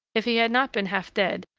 if he had not been half-dead,